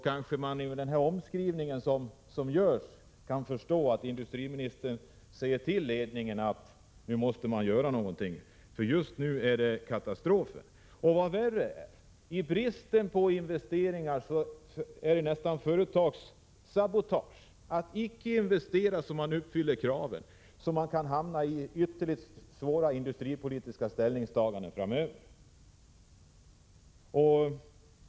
Kanske man, av den omskrivning som görs, kan förstå att industriministern säger till ledningen att den måste göra något. Just nu är det nämligen ett katastrofalt läge. Vad värre är: I brist på investeringar i nya produktionsmedel är det nästan företagssabotage att inte investera så att man åtminstone uppfyller kraven vad gäller rening. Annars kan ju företagen hamna i ytterligt svåra industripolitiska ställningstaganden framöver.